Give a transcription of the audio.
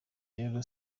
rero